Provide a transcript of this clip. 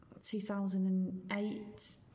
2008